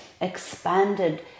expanded